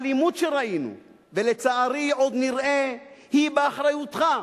האלימות שראינו, ולצערי עוד נראה, היא באחריותך.